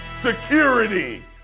security